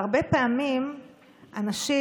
והרבה פעמים אנשים,